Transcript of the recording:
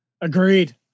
Agreed